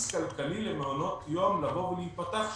כלכלי למעונות יום לבוא ולהיפתח שם.